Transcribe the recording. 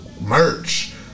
Merch